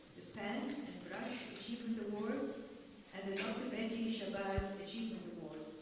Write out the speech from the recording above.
and achievement award and the shabazz achievement award.